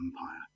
empire